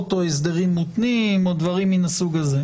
נקודה ראשונה היא לגבי העונש המזערי בתקיפת קשיש.